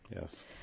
Yes